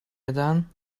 gedaan